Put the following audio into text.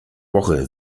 woche